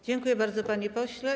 Dziękuję bardzo, panie pośle.